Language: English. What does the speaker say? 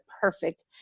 perfect